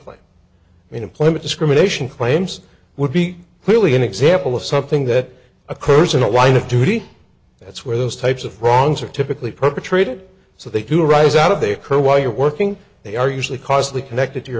like you know employment discrimination claims would be clearly an example of something that occurs in a line of duty that's where those types of wrongs are typically perpetrated so they do rise out of they occur while you're working they are usually causally connected to your